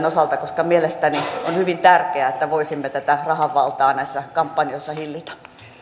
osalta koska mielestäni on hyvin tärkeää että voisimme tätä rahan valtaa näissä kampanjoissa hillitä